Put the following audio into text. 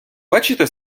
бачите